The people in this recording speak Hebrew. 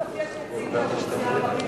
היושבת-ראש,